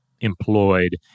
employed